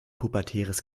pubertäres